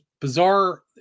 bizarre